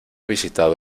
visitado